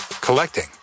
collecting